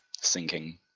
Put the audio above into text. sinking